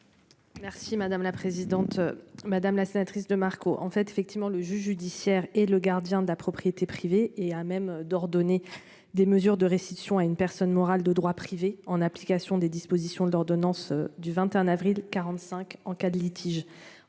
Merci madame la présidente, madame la sénatrice de Marco en fait effectivement le juge judiciaire et le gardien de la propriété privée et à même d'ordonner des mesures de réception à une personne morale de droit privé, en application des dispositions de l'ordonnance du 21 avril 45 en cas de litige